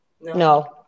No